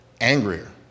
angrier